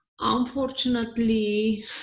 Unfortunately